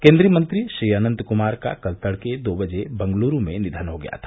केन्द्रीय मंत्री श्री अनन्त कुमार का कल तड़के दो बजे बंगलूरू में निधन हो गया था